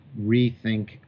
rethink